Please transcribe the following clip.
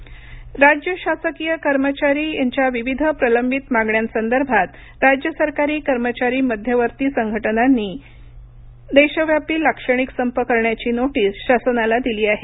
मुंबई राज्य शासकीय कर्मचारी यांच्या विविध प्रलंबित मागण्यांसंदर्भात राज्य सरकारी कर्मचारी मध्यवर्ती संघटनांनी रोजी देशव्यापी लाक्षणिक संप करण्याची नोटीस शासनास दिली आहे